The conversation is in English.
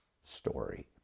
story